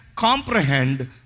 Comprehend